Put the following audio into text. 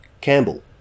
Campbell